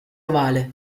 ovale